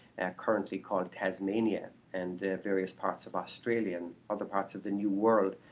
currently called tasmania, and various parts of australia and other parts of the new world.